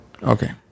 okay